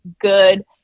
good